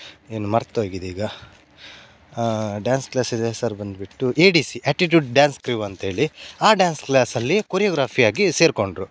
ಏನು ಮರ್ತೋಗಿದೆ ಈಗ ಡ್ಯಾನ್ಸ್ ಕ್ಲಾಸಿಂದು ಹೆಸರು ಬಂದುಬಿಟ್ಟು A D C attitude dance crew ಅಂತೇಳಿ ಆ ಡ್ಯಾನ್ಸ್ ಕ್ಲಾಸಲ್ಲಿ ಕೊರಿಯೊಗ್ರಾಫಿ ಆಗಿ ಸೇರಿಕೊಂಡ್ರು